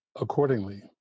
accordingly